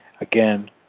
again